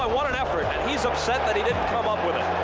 ah what an effort, and he's upset that he didn't come up with it.